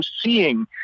seeing